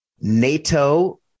NATO